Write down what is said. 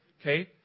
Okay